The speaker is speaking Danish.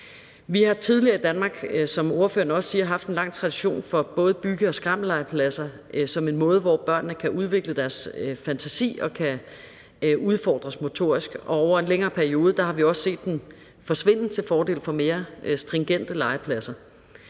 også siger, haft en lang tradition for både bygge- og skrammellegepladser som en måde, hvor børnene kan udvikle deres fantasi og kan udfordres motorisk, og over en længere periode har vi også set dem forsvinde til fordel for mere stringente legepladser.